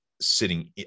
sitting